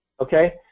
Okay